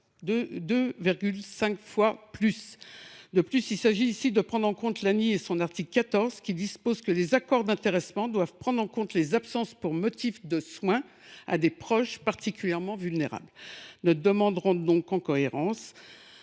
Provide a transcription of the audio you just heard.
2,5 fois plus élevé. De plus, il s’agit de prendre en compte l’article 14 de l’ANI, lequel dispose que les accords d’intéressement doivent prendre en compte les absences pour motif de soins à des proches particulièrement vulnérables. Nous demandons donc, en cohérence